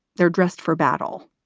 they're dressed for battle,